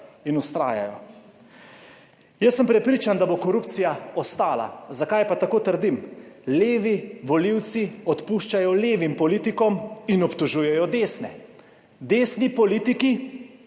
in vztrajajo. Jaz sem prepričan, da bo korupcija ostala. Zakaj pa tako trdim? Levi volivci odpuščajo levim politikom in obtožujejo desne, desni volivci